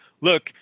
look